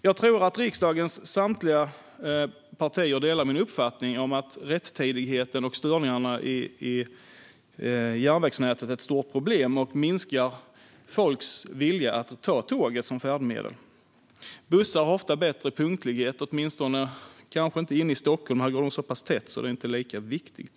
Jag tror att riksdagens samtliga partier delar min uppfattning att rättidigheten och störningarna i järnvägsnätet är ett stort problem och minskar folks vilja att välja tåget som färdmedel. Bussar har ofta bättre punktlighet, men kanske inte i Stockholm, fast där går de så pass ofta att det inte är lika viktigt.